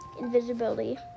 invisibility